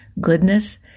goodness